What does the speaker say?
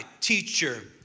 teacher